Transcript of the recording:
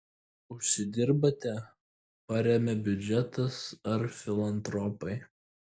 užsidirbate paremia biudžetas ar filantropai